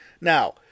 Now